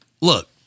look